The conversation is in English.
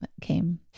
came